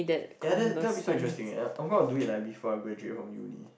ya that that would be so interesting leh like I'm going to do it before I graduate from Uni